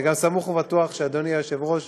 אני גם סמוך ובטוח שאדוני היושב-ראש